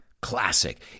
classic